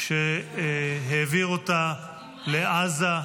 והוא העביר אותה לעזה.